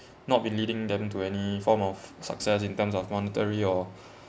not be leading them to any form of success in terms of monetary or